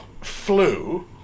flu